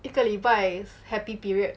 一个礼拜 happy period